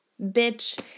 bitch